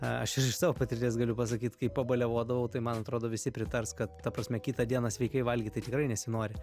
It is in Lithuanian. aš iš savo patirties galiu pasakyt kai pabalevodavau tai man atrodo visi pritars kad ta prasme kitą dieną sveikai valgyt tai tikrai nesinori